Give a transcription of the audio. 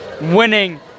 winning